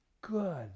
good